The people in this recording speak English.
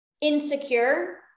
insecure